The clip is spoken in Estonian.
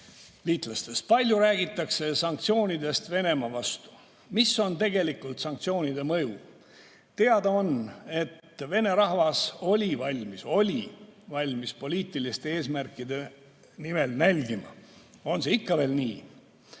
umbusku. Palju räägitakse sanktsioonidest Venemaa vastu. Mis on tegelikult sanktsioonide mõju? Teada on, et vene rahvas oli valmis – oli valmis – poliitiliste eesmärkide nimel nälgima. On see ikka veel nii?